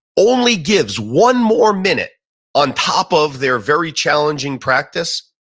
only gives one more minute on top of their very challenging practice,